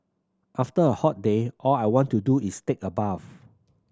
after a hot day all I want to do is take a bath